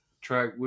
track